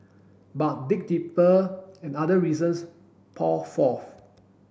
but dig deeper and other reasons pour forth